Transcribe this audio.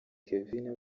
kevin